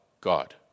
God